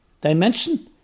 dimension